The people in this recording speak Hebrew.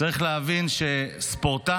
צריך להבין שספורטאי,